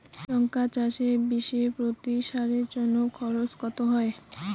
লঙ্কা চাষে বিষে প্রতি সারের জন্য খরচ কত হয়?